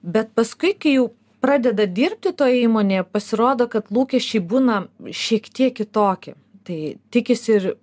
bet paskui kai jau pradeda dirbti toje įmonėje pasirodo kad lūkesčiai būna šiek tiek kitokie tai tikisi ir